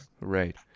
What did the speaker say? Right